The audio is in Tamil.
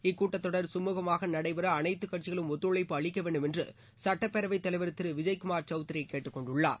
இக்கூட்டத்தொடர் சுமூகமாக நடைபெற அனைத்துக்கட்சிகளும் ஒத்துழைப்பு அளிக்க வேண்டும் என்று சட்டப்பேரவைத் தலைவர் திரு விஜய்குமார் சவுத்ரி கேட்டுக்கொண்டுள்ளார்